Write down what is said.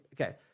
okay